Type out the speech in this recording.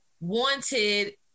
wanted